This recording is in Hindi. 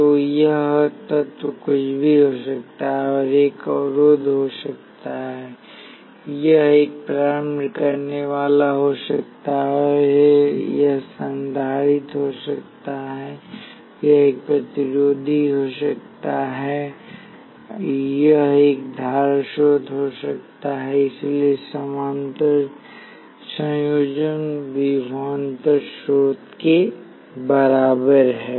तो यह तत्व कुछ भी हो सकता है यह एक अवरोधक हो सकता है यह एक प्रारंभ करनेवाला हो सकता है यह संधारित्र हो सकता है यह एक प्रतिरोधी हो सकता है यह एक धारा स्रोत हो सकता है इसलिए समानांतर संयोजन विभवांतर स्रोत के बराबर है